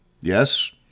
Yes